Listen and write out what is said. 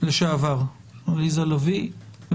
לשעבר עליזה לביא,